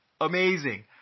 amazing